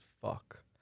Fuck